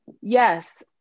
Yes